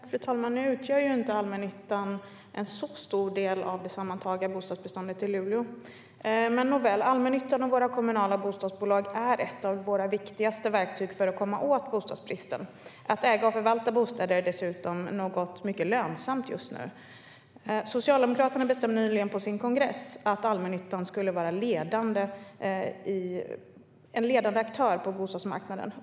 Fru talman! Allmännyttan utgör inte en så stor del av det sammantagna bostadsbeståndet i Luleå, men nåväl. Allmännyttan och våra kommunala bostadsbolag är ett av våra viktigaste verktyg för att komma åt bostadsbristen. Att äga och förvalta bostäder är dessutom mycket lönsamt just nu. Socialdemokraterna bestämde nyligen på sin kongress att allmännyttan skulle vara en ledande aktör på bostadsmarknaden.